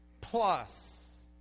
Plus